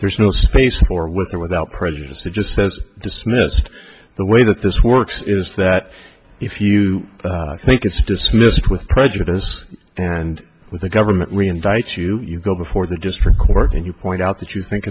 there's no space for with or without prejudice that just says dismiss the way that this works is that if you think it's dismissed with prejudice and with the government we indict you you go before the district court and you point out that you think